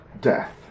death